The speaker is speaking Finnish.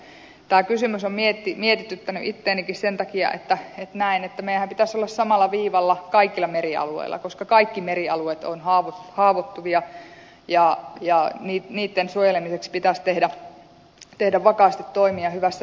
tämä kysymys on mietityttänyt itseänikin sen takia että näen että meidänhän pitäisi olla samalla viivalla kaikilla merialueilla koska kaikki merialueet ovat haavoittuvia ja niitten suojelemiseksi pitäisi tehdä vakaasti toimia hyvässä yhteistyössä